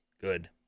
Good